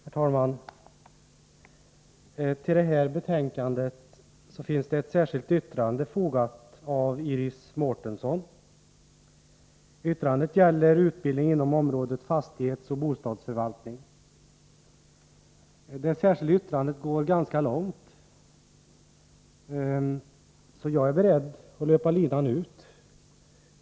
Herr talman! Till detta betänkande finns fogat ett särskilt yttrande av Iris Mårtensson. Yttrandet gäller utbildning inom området fastighetsoch bostadsförvaltning. Det särskilda yttrandet går ganska långt, och jag är beredd att löpa linan ut.